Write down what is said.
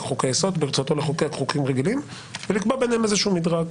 חוקי יסוד וברצותו מחוקק חוקים רגילים ולקבוע ביניהם איזשהו מדרג.